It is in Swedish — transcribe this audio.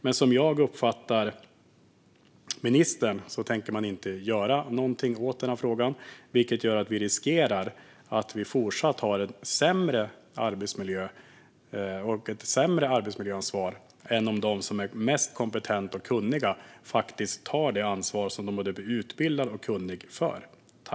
Men som jag uppfattar ministern tänker man inte göra någonting åt frågan, vilket gör att vi riskerar att fortsatt ha en sämre arbetsmiljö och ett sämre arbetsmiljöansvar än om de som är mest kompetenta och kunniga faktiskt tar det ansvar som de är både utbildade för och kunniga i.